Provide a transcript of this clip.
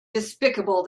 despicable